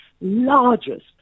largest